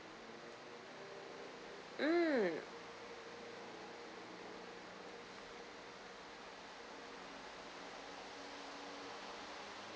um